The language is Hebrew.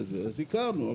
אז הכרנו.